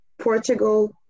Portugal